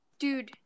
Dude